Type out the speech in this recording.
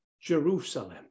Jerusalem